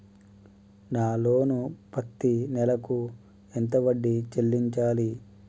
నా లోను పత్తి నెల కు ఎంత వడ్డీ చెల్లించాలి?